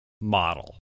model